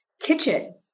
kitchen